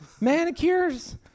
manicures